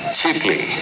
cheaply